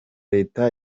leta